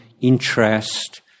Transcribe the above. interest